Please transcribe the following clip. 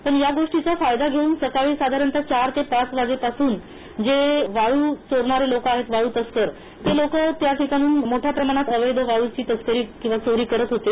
पण या गोष्टीचा फायदा घेऊन सकाळी चार ते पाच जे वाळू चोरणारे लोक आहेत वाळू तस्कर ते त्याठिकाणी मोठ्या प्रमाणावर अवैध वाळू तस्करी किंवा चोरी करत होते